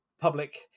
public